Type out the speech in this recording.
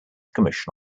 commission